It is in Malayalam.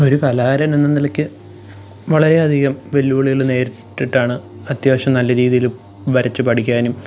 ഒരു കലാകാരൻ എന്ന നിലയ്ക്ക് വളരെയധികം വെല്ലുവിളികള് നേരി ട്ടിട്ടാണ് അത്യാവശ്യം നല്ല രീതിയില് വരച്ച് പഠിക്കാനും